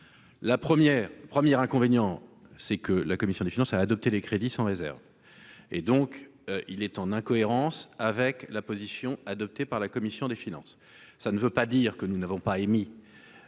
première inconvénient, c'est que la commission des finances, a adopté les crédits sans réserve et donc il est en incohérence avec la position adoptée par la commission des finances, ça ne veut pas dire que nous n'avons pas émis